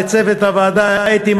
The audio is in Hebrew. לצוות הוועדה: אתי,